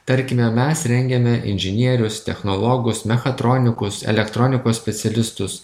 tarkime mes rengiame inžinierius technologus mechatronikus elektronikos specialistus